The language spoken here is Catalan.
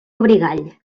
abrigall